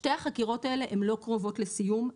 שתי החקירות האלה הן לא קרובות לסיום,